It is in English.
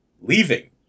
leaving